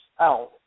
out